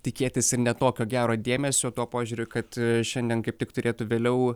tikėtis ir ne tokio gero dėmesio tuo požiūriu kad šiandien kaip tik turėtų vėliau